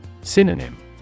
Synonym